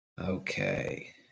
Okay